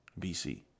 BC